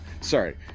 Sorry